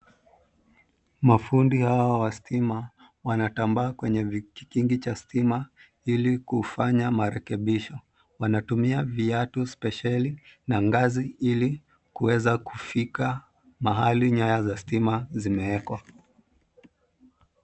Mafundi hawa wa stima wanatambaa kwenye vikingi cha stima ili ufanya marekebisho. Wanatumia viatu spesheli na ngazi ili kuweza kufika mahali nyaya za stima zimewekwa.